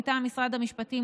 מטעם משרד המשפטים,